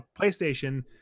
playstation